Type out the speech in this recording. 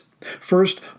First